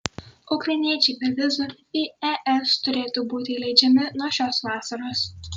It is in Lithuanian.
ukrainiečiai be vizų į es turėtų būti įleidžiami nuo šios vasaros